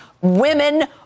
women